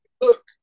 look